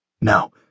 No